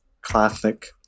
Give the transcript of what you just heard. classic